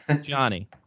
Johnny